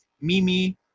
Mimi